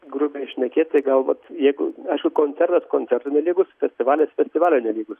grubiai šnekėt tai gal vat jeigu aišku koncertas koncertui nelygus festivalis festivaliui nelygus